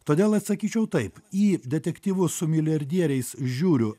todėl atsakyčiau taip į detektyvus su milijardieriais žiūriu